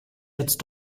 jetzt